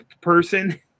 person